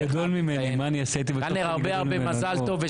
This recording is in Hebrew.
קלנר, הרבה הרבה מזל טוב.